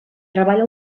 treballa